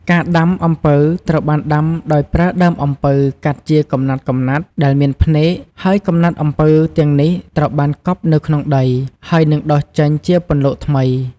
ការដាំ អំពៅត្រូវបានដាំដោយប្រើដើមអំពៅកាត់ជាកំណាត់ៗ ដែលមានភ្នែក ហើយកំណាត់អំពៅទាំងនេះត្រូវបានកប់នៅក្នុងដី ហើយនឹងដុះចេញជាពន្លកថ្មី។